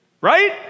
Right